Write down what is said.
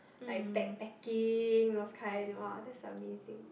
like backpacking those kind !wah! that's amazing